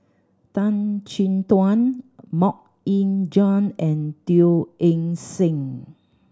Tan Chin Tuan Mok Ying Jang and Teo Eng Seng